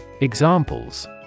Examples